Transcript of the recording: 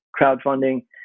crowdfunding